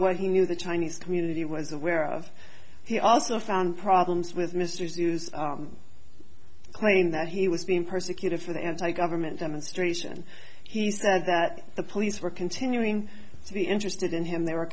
what he knew the chinese community was aware of he also found problems with mister claim that he was being persecuted for the anti government demonstration he said that the police were continuing to be interested in him they were